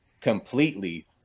completely